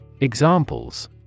Examples